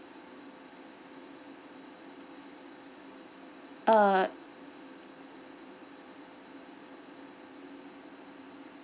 uh